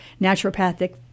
naturopathic